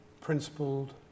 principled